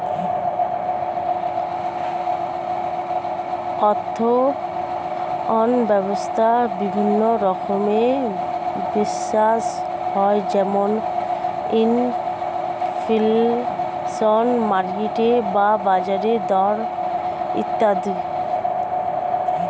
অর্থায়ন ব্যবস্থায় বিভিন্ন রকমের বিষয় হয় যেমন ইনফ্লেশন, মার্কেট বা বাজারের দর ইত্যাদি